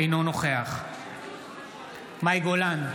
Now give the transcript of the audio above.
אינו נוכח מאי גולן,